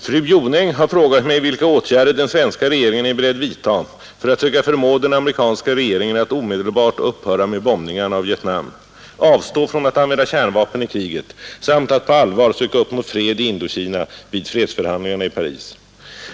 Fru Jonäng har frågat mig vilka åtgärder den svenska regeringen är beredd vidta för att söka förmå den amerikanska regeringen att omedelbart upphöra med bombningarna av Vietnam, avstå från att använda kärnvapen i kriget samt att på allvar söka uppnå fred i Indokina vid fredsförhandlingarna i Paris.